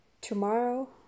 tomorrow